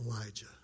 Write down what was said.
Elijah